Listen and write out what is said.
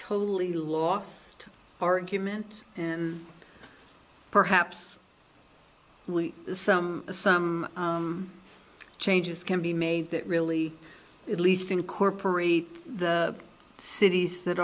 totally lost argument and perhaps we some some changes can be made that really at least incorporate the cities that